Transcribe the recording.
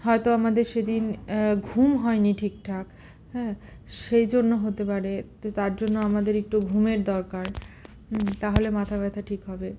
হয়তো আমাদের সেদিন ঘুম হয় নি ঠিক ঠাক হ্যাঁ সেই জন্য হতে পারে তো তার জন্য আমাদের একটু ঘুমের দরকার হুম তাহলে মাথা ব্যথা ঠিক হবে